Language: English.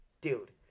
dude